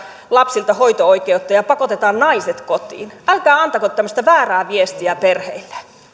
lapsilta hoito oikeutta ja pakotetaan naiset kotiin älkää antako tämmöistä väärää viestiä perheille